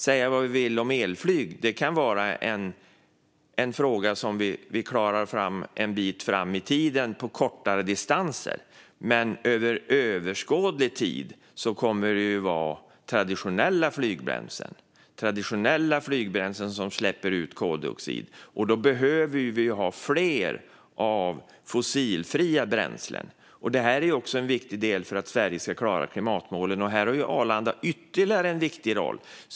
Säga vad man vill om elflyg; det kan vara något vi en bit fram i tiden klarar kortare distanser med, men under överskådlig tid kommer det att handla om traditionella flygbränslen som släpper ut koldioxid. Då behöver vi ha fler fossilfria bränslen. Detta är en viktig del för att Sverige ska klara klimatmålen. Här har Arlanda ytterligare en viktig roll.